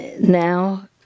now